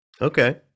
okay